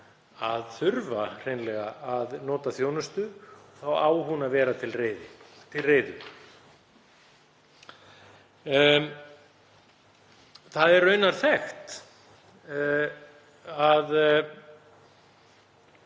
að þurfa hreinlega að nota þjónustuna? Þá á hún að vera til reiðu. Það er raunar þekkt að